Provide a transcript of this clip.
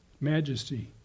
majesty